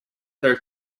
their